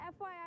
FYI